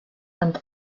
and